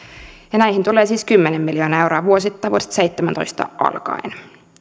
näihin tulee siis kymmenen miljoonaa euroa vuosittain vuodesta seitsemäntoista alkaen